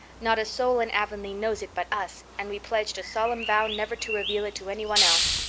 not a soul in avonlea knows it but us, and we pledged a solemn vow never to reveal it to anyone else.